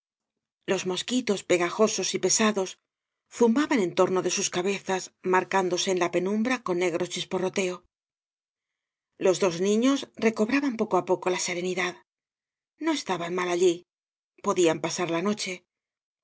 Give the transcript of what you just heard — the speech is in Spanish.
los mosquitos pegajosos y pesados zumbaban en torno de bus cabezas marcándose en la penumbra con negro chisporroteo los dos niños recobraban poco á poco la serenidad no estaban mal allí podían pasar la noche